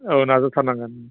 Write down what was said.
औ नाजाथारनांगोन